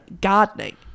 gardening